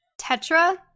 Tetra